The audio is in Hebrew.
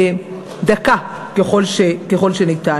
דקה ככל שניתן.